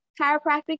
chiropractic